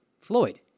Floyd